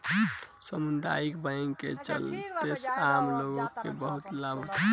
सामुदायिक बैंक के चलते आम लोग के बहुत लाभ होता